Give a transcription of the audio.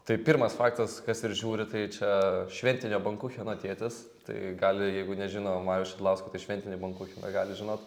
tai pirmas faktas kas ir žiūri tai čia šventinio bankucheno tėtis tai gali jeigu nežino marijaus šidlausko tai šventinį bankucheną gali žinot